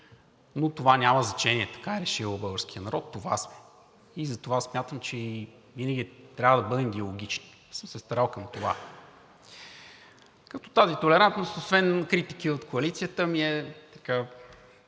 но това няма значение – така е решил българският народ, това са. Затова смятам, че винаги трябва да бъдем диалогични, и съм се старал към това. Като за тази толерантност, освен критики от коалицията, ми се случи